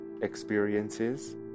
experiences